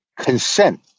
consent